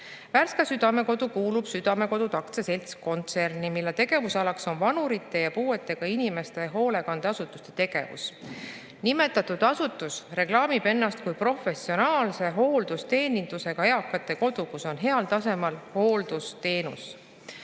Värska Südamekodu kuulub Südamekodud AS‑i kontserni, mille tegevusala on vanurite ja puuetega inimeste hoolekandeasutuste tegevus. Nimetatud asutus reklaamib ennast kui professionaalse hooldusteenusega eakate kodu, kus on heal tasemel hooldusteenus.